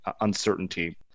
uncertainty